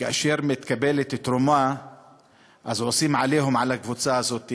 וכאשר מתקבלת תרומה אז עושים "עליהום" על הקבוצה הזאת,